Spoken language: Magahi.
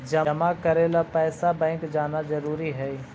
जमा करे ला पैसा बैंक जाना जरूरी है?